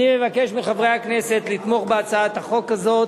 אני מבקש מחברי הכנסת לתמוך בהצעת החוק הזאת.